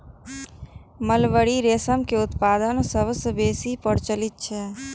mulberry रेशम के उत्पादन सबसं बेसी प्रचलित छै